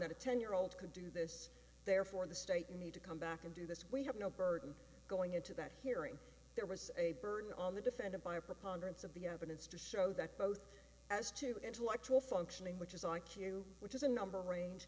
that a ten year old could do this therefore the state in need to come back and do this we had no burden going into that hearing there was a burden on the defendant by a preponderance of the evidence to show that both as to intellectual functioning which is i q which is a number range